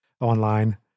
online